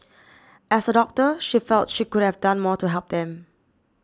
as a doctor she felt she could have done more to help them